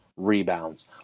rebounds